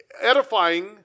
edifying